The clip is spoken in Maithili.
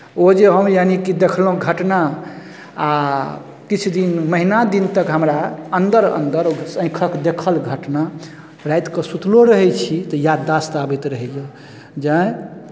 ओ जे हम यानिकि देखलहुँ घटना आ किछु दिन महीना दिन तक हमरा अन्दर अन्दर ओ आँखिक देखल घटना रातिके सुतलो रहै छी तऽ याददाश्त आबैत रहैए जैँ